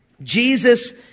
Jesus